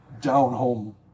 down-home